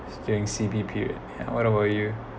staying C_B period yeah what about you